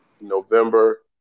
November